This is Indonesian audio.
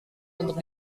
untuk